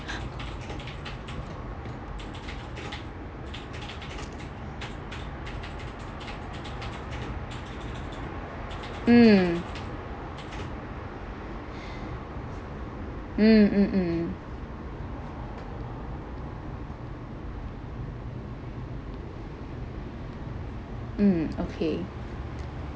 mm mm mm mm mm okay